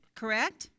correct